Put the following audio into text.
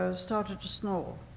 so started to snore,